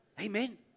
Amen